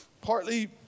Partly